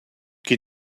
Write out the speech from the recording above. qui